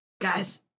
Guys